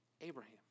Abraham